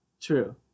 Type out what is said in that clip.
True